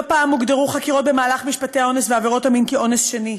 לא פעם הוגדרו חקירות במהלך משפטי האונס ועבירות המין כ"אונס שני".